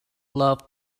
love